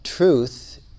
Truth